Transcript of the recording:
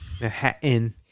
Manhattan